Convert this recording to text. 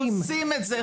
עושים את זה.